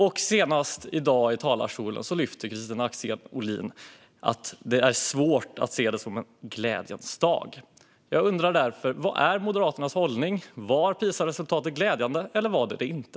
Och senast, i dag i talarstolen, lyfter Kristina Axén Olin att det är svårt att se det som en glädjens dag. Jag undrar därför: Vad är Moderaternas hållning? Var PISA-resultatet glädjande eller inte?